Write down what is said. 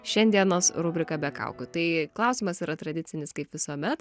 šiandienos rubriką be kaukių tai klausimas yra tradicinis kaip visuomet